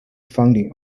funding